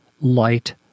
light